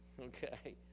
Okay